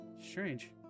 Strange